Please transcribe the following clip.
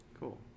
Cool